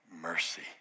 mercy